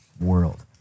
world